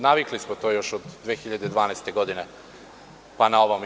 Navikli smo to još od 2012. godine pa na ovamo.